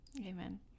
amen